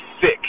sick